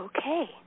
Okay